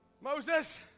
moses